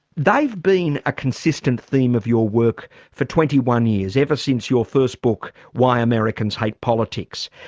they've been a consistent theme of your work for twenty one years ever since your first book, why americans hate politics,